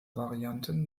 varianten